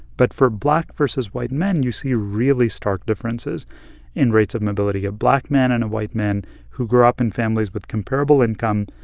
but for black versus white men, you see really stark differences in rates of mobility a black man and a white man who grow up in families with comparable income,